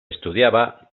estudiaba